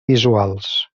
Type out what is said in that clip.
visuals